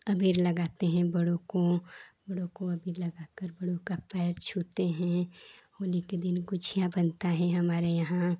अबीर लगाते हैं बड़ों को बड़ों को अबीर लगाकर बड़ों का पैर छूते हैं होली के दिन गुझिया बनता है हमारे यहाँ